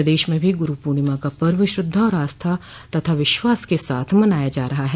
प्रदेश में भी गुरू पूर्णिमा का पर्व श्रद्वा आस्था और विश्वास के साथ मनाया जा रहा है